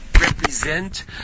represent